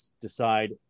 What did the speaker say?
decide